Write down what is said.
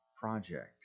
project